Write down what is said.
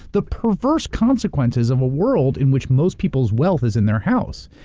the perverse consequences of a world in which most people's wealth is in their house,